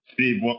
Steve